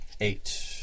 eight